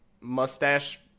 Mustache